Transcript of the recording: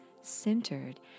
centered